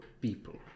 people